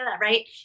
right